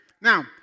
Now